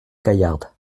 gaillarde